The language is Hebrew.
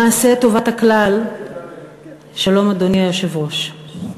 למעשה, טובת הכלל, שלום, אדוני היושב-ראש.